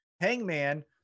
Hangman